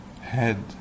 head